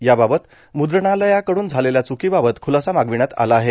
याबाबत मुद्रणालणालयाकडून झालेल्या चुकीबाबत खुलासा मागविण्यात आला आहे